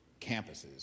campuses